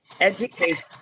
education